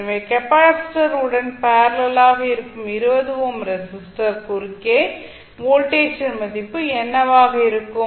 எனவே கெப்பாசிட்டர் உடன் பேரலல் ஆக இருக்கும் 20 ஓம் ரெஸிஸ்டர் குறுக்கே வோல்டேஜின் மதிப்பு என்னவாக இருக்கும்